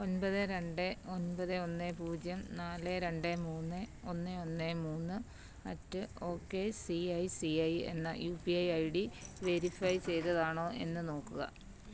ഒൻപത് രണ്ട് ഒൻപത് ഒന്ന് പൂജ്യം നാല് രണ്ട് മൂന്ന് ഒന്ന് ഒന്ന് മൂന്ന് at O K C I C I എന്ന U P I I D verify ചെയ്തതാണോ എന്ന് നോക്കുക